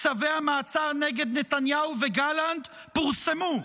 צווי המעצר נגד נתניהו וגלנט פורסמו,